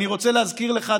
אני רוצה להזכיר לך,